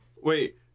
Wait